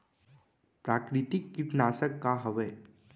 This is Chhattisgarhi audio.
प्राकृतिक कीटनाशक का हवे?